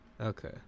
Okay